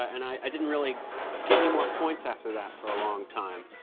and i didn't really get any more points after that for a long time.